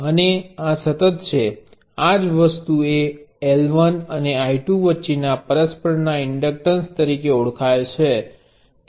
અને આ સતત છે આ જ વસ્તુ એ L1 અને I2 વચ્ચેના પરસ્પર ના ઇન્ડક્ટન્સ તરીકે ઓળખાય છે